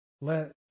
let